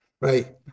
right